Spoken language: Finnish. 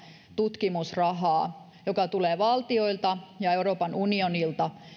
tutkimusrahaa joka tulee valtioilta ja euroopan unionilta